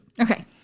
Okay